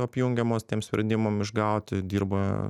apjungiamos tiems sprendimam išgauti dirba